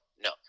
No